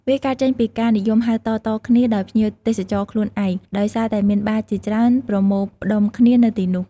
វាកើតចេញពីការនិយមហៅតៗគ្នាដោយភ្ញៀវទេសចរខ្លួនឯង ដោយសារតែមាន បារ ជាច្រើនប្រមូលផ្តុំគ្នានៅទីនោះ។